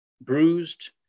bruised